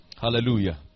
Hallelujah